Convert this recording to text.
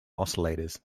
oscillators